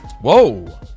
Whoa